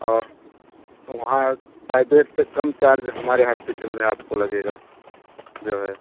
और वहाँ प्राइबेट से कम चार्ज हमारे हास्पिटल में आपको लगेगा जो है